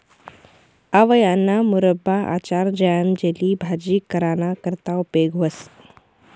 आवयाना मुरब्बा, आचार, ज्याम, जेली, भाजी कराना करता उपेग व्हस